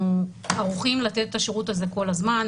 אנחנו ערוכים לתת את השירות הזה כל הזמן.